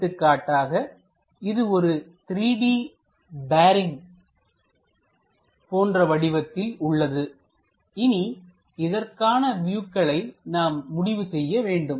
எடுத்துக்காட்டாக இது ஒரு 3D பேரிங் போன்ற வடிவத்தில் உள்ளது இனி இதற்கான வியூக்களை நாம் முடிவு செய்ய வேண்டும்